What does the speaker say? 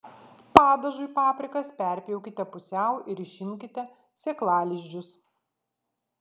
padažui paprikas perpjaukite pusiau ir išimkite sėklalizdžius